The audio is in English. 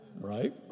right